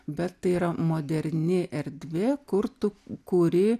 bet tai yra moderni erdvė kur tu kuri